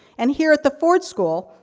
and, here at the ford school,